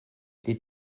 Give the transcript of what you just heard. les